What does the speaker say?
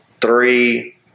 three